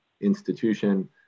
institution